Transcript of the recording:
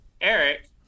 eric